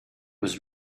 was